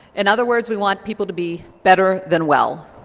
in other words we want people to be better than well.